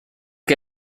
que